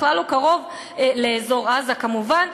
בכלל לא קרוב לאזור עזה כמובן.